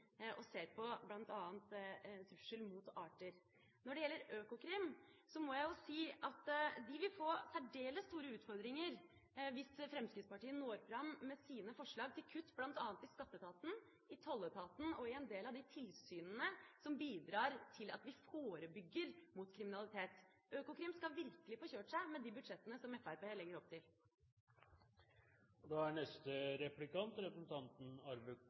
og ser på bl.a. trussel mot arter. Når det gjelder Økokrim, må jeg si at de vil få særdeles store utfordringer hvis Fremskrittspartiet når fram med sine forslag til kutt, bl.a. i Skatteetaten, i Tolletaten og i en del av de tilsynene som bidrar til at vi forebygger kriminalitet. Økokrim skal virkelig få kjørt seg med de budsjettene som Fremskrittspartiet legger opp til.